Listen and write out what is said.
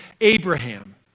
Abraham